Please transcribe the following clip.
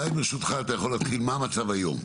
ברשותך, אולי אתה יכול להתחיל עם המצב היום.